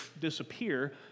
disappear